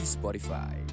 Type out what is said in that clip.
Spotify